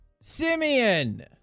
Simeon